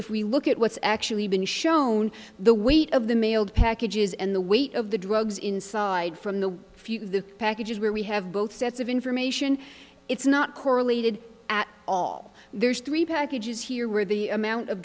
if we look at what's actually been shown the weight of the mailed packages and the weight of the drugs inside from the few the packages where we have both sets of information it's not correlated at all there's three packages here where the amount of